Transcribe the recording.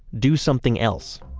do something else.